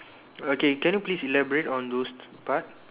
okay can you please elaborate on those part